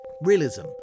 Realism